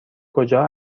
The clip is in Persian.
کجا